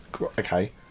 Okay